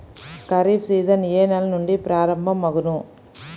Kharif season ఏ నెల నుండి ప్రారంభం అగును?